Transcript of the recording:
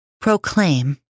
Proclaim